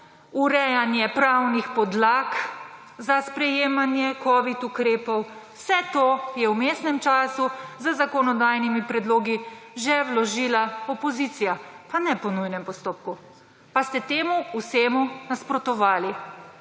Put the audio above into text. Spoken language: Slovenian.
urejanje pravnih podlag za sprejemanje Covid ukrepov, vse to je v vmesnem času z zakonodajnimi predlogi že vložila opozicija, pa ne po nujnem postopku, pa ste temu vsemu nasprotovali.